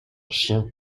chien